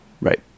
Right